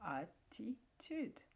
attitude